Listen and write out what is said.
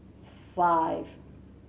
five